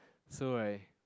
so right